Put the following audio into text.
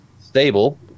Stable